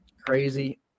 Crazy